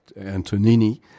Antonini